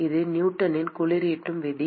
இது நியூட்டனின் குளிரூட்டும் விதி